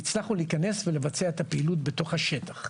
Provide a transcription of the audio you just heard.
והצלחנו להיכנס ולבצע את הפעילות בתוך השטח.